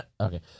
Okay